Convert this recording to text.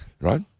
right